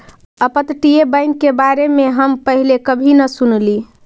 अपतटीय बैंक के बारे में हम पहले कभी न सुनली